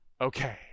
okay